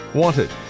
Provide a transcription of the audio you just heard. wanted